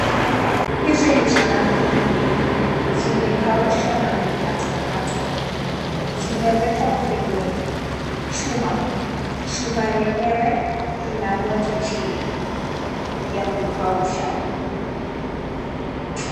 Hizi ni samaki mbili. Zimekaushwa na kukatwa katwa, zimewekwa kwenye chuma, chuma yenyewe ina moto chini ya kukausha.